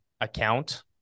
account